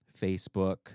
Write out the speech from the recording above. Facebook